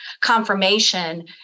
confirmation